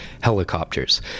helicopters